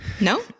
No